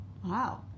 Wow